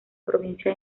provincia